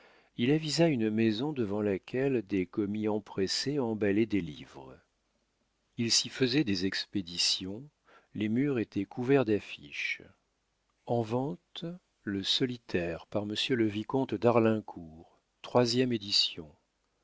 il avisa une maison devant laquelle des commis empressés emballaient des livres il s'y faisait des expéditions les murs étaient couverts d'affiches en vente le solitaire par m le vicomte d'arlincourt troisième